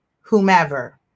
whomever